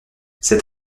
cet